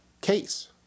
case